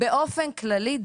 באופן כללי,